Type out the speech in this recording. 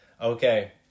Okay